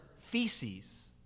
feces